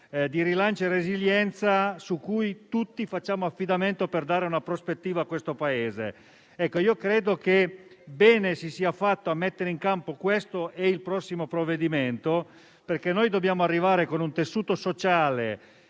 di ripresa e resilienza su cui tutti facciamo affidamento per dare una prospettiva al Paese. Credo che bene si sia fatto a mettere in campo questo e il prossimo provvedimento, perché dobbiamo arrivare ad avere un tessuto sociale